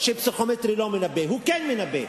שפסיכומטרי לא מנבא, הוא כן מנבא,